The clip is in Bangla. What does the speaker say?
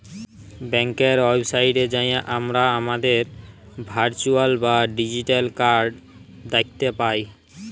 ব্যাংকের ওয়েবসাইটে যাঁয়ে আমরা আমাদের ভারচুয়াল বা ডিজিটাল কাড় দ্যাখতে পায়